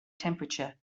temperature